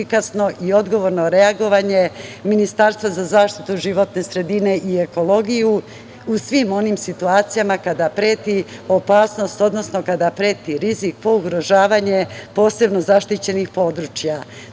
i odgovorno reagovanje Ministarstva za zaštitu životne sredine i ekologiju u svim onim situacijama kada preti opasnost, odnosno kada preti rizik po ugrožavanje posebno zaštićenih područja. Takođe,